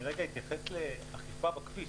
אני רגע אתייחס לאכיפה בכביש.